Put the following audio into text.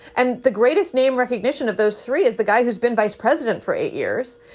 and the greatest name recognition of those three is the guy who's been vice president for eight years.